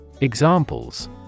Examples